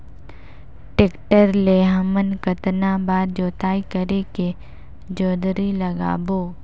Tractor ले हमन कतना बार जोताई करेके जोंदरी लगाबो?